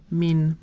min